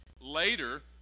Later